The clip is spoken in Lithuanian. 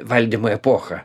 valdymo epocha